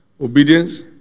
Obedience